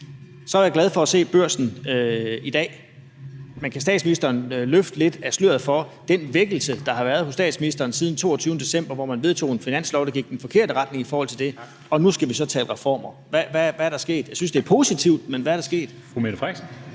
det, jeg har set i Børsen i dag, men kan statsministeren løfte lidt af sløret for den vækkelse, der har været hos statsministeren siden den 22. december, hvor man vedtog en finanslov, der gik i den forkerte retning i forhold til det? Nu skal vi så tale reformer. Hvad er der sket? Jeg synes, det er positivt, men hvad er der sket? Kl. 13:18 Formanden